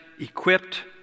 equipped